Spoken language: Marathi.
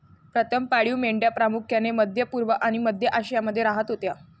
प्रथम पाळीव मेंढ्या प्रामुख्याने मध्य पूर्व आणि मध्य आशियामध्ये राहत होत्या